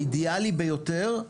האידיאלי ביותר,